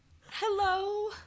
Hello